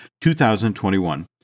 2021